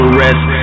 rest